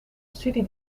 studie